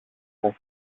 στα